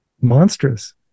monstrous